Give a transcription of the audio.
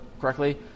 correctly